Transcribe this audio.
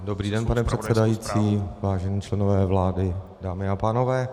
Dobrý den, pane předsedající, vážení členové vlády, a dámy a pánové.